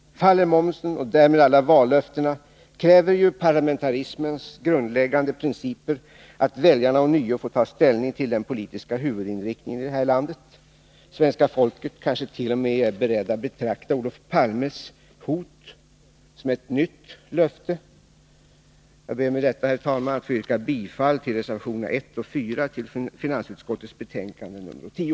Faller momsen och därmed alla vallöftena, kräver ju parlamentarismens grundläggande principer att väljarna ånyo får ta ställning till den politiska huvudinriktningen i det här landet. Svenska folket kanske t.o.m. är berett att betrakta Olof Palmes hot som ett nytt löfte. Jag ber med detta, herr talman, att få yrka bifall till reservationerna 1 och 4 vid finansutskottets betänkande nr 10.